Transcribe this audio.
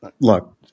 look